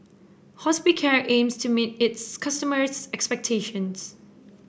Hospicare aims to meet its customers' expectations